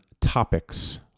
topics